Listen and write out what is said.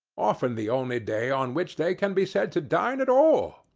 often the only day on which they can be said to dine at all,